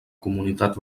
comunitat